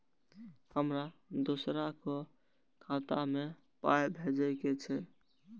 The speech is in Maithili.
हमरा दोसराक खाता मे पाय भेजे के छै?